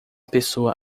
pessoa